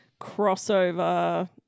crossover